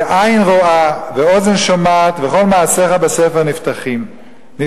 "עין רואה ואוזן שומעת וכל מעשיך בספר נכתבים".